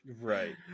Right